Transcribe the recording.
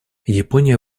япония